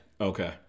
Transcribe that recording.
Okay